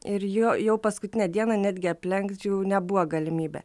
ir jo jau paskutinę dieną netgi aplenkt jų nebuvo galimybę